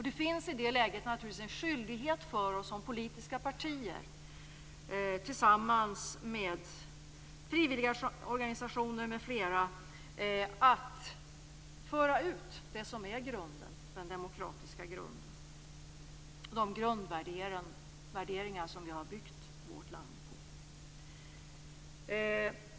Det finns i det läget naturligtvis en skyldighet för våra politiska partier tillsammans med frivilliga organisationer m.fl. att föra ut de demokratiska grundvärderingar som vi har byggt vårt land på.